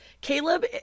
Caleb